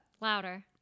Louder